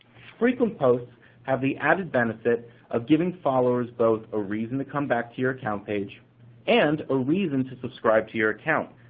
frequent posts have the added benefit of giving followers both a reason to come back to your account page and a reason to subscribe to your account,